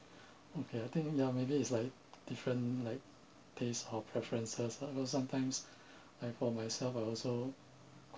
okay I think ya maybe it's like different like taste or preferences lah know sometimes I found myself I also